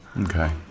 Okay